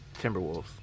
timberwolves